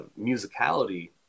musicality